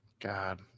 God